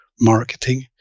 marketing